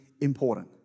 important